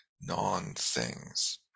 non-things